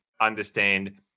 understand